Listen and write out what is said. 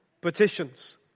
petitions